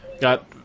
got